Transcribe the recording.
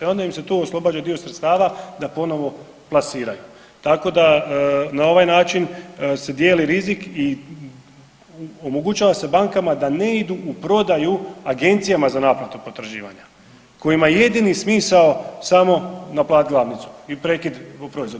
Onda im se tu oslobađa dio sredstava da ponovo plasiraju, tako da na ovaj način se dijeli rizik i omogućava se bankama da ne idu u prodaju agencijama za naplatu potraživanja kojima je jedini smisao samo naplatiti glavnicu i prekid proizvoda.